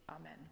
Amen